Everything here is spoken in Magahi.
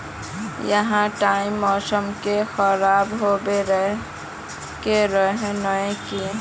यही टाइम मौसम के खराब होबे के रहे नय की?